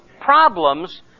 problems